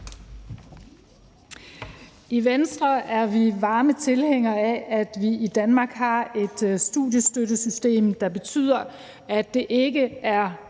I Venstre er vi varme tilhængere af, at vi i Danmark har et studiestøttesystem, der betyder, at det ikke er